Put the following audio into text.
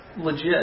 legit